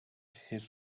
his